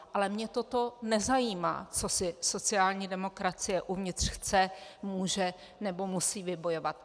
Ale mě toto nezajímá, co si sociální demokracie uvnitř chce, může nebo musí vybojovat.